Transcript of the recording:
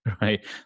right